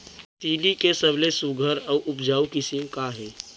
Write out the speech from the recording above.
तिलि के सबले सुघ्घर अऊ उपजाऊ किसिम का हे?